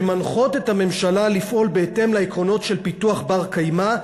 שמנחות את הממשלה לפעול בהתאם לעקרונות של פיתוח בר-קיימא,